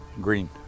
Green